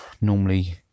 normally